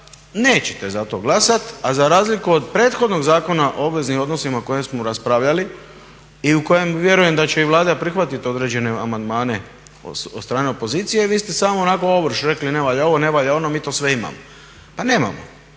nećete za to glasat, a za razliku od prethodnog Zakona o obveznim odnosima o kojem smo raspravljali i u kojem vjerujem da će i Vlada prihvatiti određene amandmane od strane opozicije, vi ste samo onako ovrš rekli ne valja ovo, ne valja ono, mi to sve imamo. Pa nemamo,